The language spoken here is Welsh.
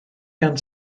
gan